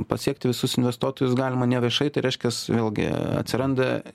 pasiekti visus investuotojus galima ne viešai tai reiškias vėlgi atsiranda